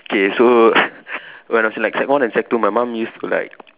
okay so when I was in like sec one and sec two my mom used to like